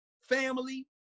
family